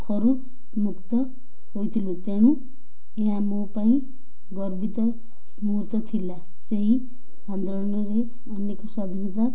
ମୁଖରୁ ମୁକ୍ତ ହୋଇଥିଲୁ ତେଣୁ ଏହା ମୋ ପାଇଁ ଗର୍ବିତ ମୁହର୍ତ୍ତ ଥିଲା ସେହି ଆନ୍ଦୋଳନରେ ଅନେକ ସ୍ୱାଧୀନତା